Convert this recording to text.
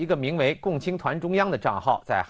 you that